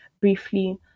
briefly